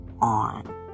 on